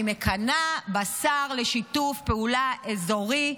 אני מקנאה בשר לשיתוף פעולה אזורי,